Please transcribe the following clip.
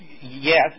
Yes